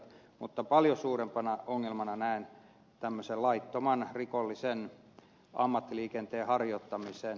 mutta paljon suurempana ongelmana näen tämmöisen laittoman rikollisen ammattiliikenteen harjoittamisen